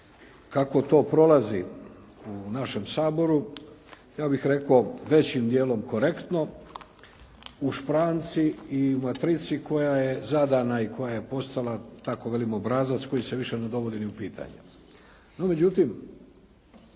kako to prolazi u našem Saboru, ja bih rekao većim dijelom korektno u špranci i u matrici koja je zadana i koja je postala da tako velim obrazac koji se više ni ne dovodi u pitanje.